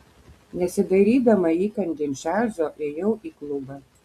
nesidairydama įkandin čarlzo ėjau į klubą